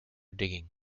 digging